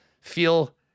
feel